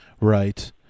Right